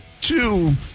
two